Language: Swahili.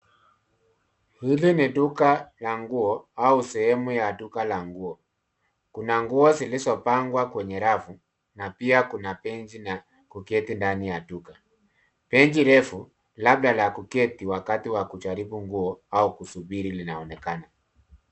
Hili ni duka la nguo au sehemu ya duka la nguo. Kuna nguo zilizopangwa kwenye rafu na pia kuna benchi na kuketi ndani ya duka benchi refu, labda la kuketi wakati wa kujaribu nguo au kusubiri, linaonekana.